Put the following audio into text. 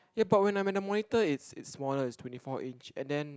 ya but when I'm in the monitor it's it's smaller is twenty four inch and then